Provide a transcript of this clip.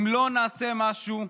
אם לא נעשה משהו,